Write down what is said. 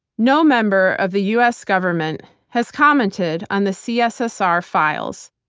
no member of the us government has commented on the cssr files,